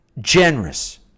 generous